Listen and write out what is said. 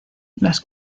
las